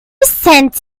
sent